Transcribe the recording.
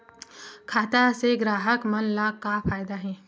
खाता से ग्राहक मन ला का फ़ायदा हे?